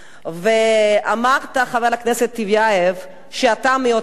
אמרת, חבר הכנסת טיבייב, שאתה מאותו אזור.